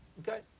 Okay